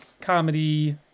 comedy